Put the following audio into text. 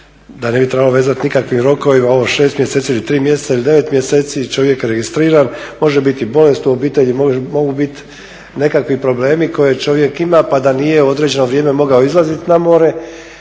da ne bi trebao vezati nikakvim rokovima ovo 6 mjeseci ili 3 mjeseca ili 9 mjeseci čovjek registriran, može biti bolest u obitelji, mogu biti nekakvi problemi koje čovjek ima pa da nije mogao određeno vrijeme izlaziti na more